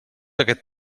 aquest